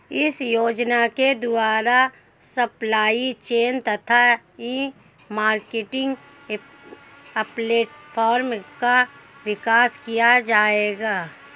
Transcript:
इस योजना के द्वारा सप्लाई चेन तथा ई मार्केटिंग प्लेटफार्म का विकास किया जाएगा